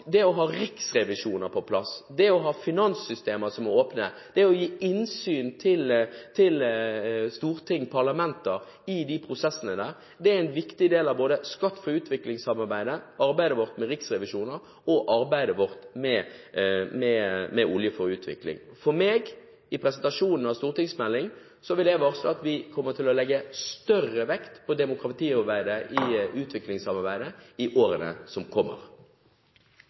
finanssystemer som er åpne, det å gi innsyn til storting og parlamenter i disse prosessene er en viktig del av både Skatt for utvikling-samarbeidet, arbeidet vårt med riksrevisjoner og arbeidet vårt med Olje for utvikling. I presentasjonen av stortingsmeldingen vil jeg varsle at vi kommer til å legge større vekt på demokratiarbeidet i utviklingssamarbeidet i årene som kommer.